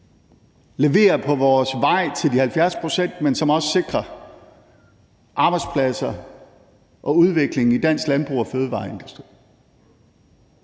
levere på vores vej til de 70 pct., men som også sikrer arbejdspladser og udvikling i dansk landbrug og fødevareindustri.